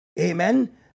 amen